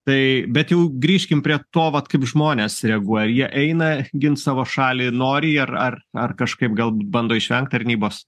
tai bet jau grįžkim prie to vat kaip žmonės reaguoja ar jie eina gint savo šalį nori ir ar ar kažkaip gal bando išvengt tarnybos